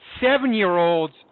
seven-year-olds